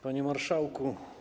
Panie Marszałku!